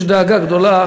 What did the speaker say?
יש דאגה גדולה,